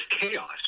chaos